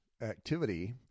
activity